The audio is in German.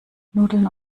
nudeln